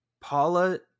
Paula